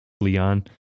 Leon